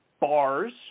bars